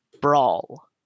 brawl